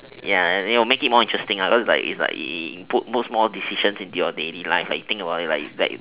ya you'll make it more interesting like like it it it it puts more decisions into your daily life you you think about it like like